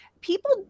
People